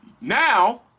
now